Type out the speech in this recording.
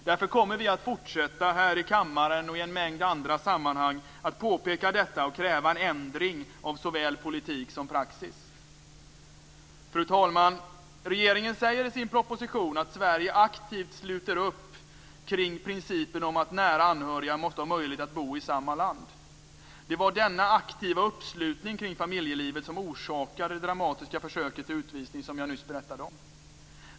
Därför kommer vi att fortsätta att här i kammaren och i en mängd andra sammanhang påpeka detta och kräva en ändring av såväl politik som praxis. Fru talman! Regeringen säger i sin proposition att Sverige aktivt sluter upp kring principen om att nära anhöriga måste ha möjlighet att bo i samma land. Det var denna aktiva uppslutning kring familjelivet som orsakade det dramatiska försöket till utvisning som jag nyss berättade om.